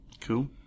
Cool